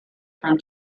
from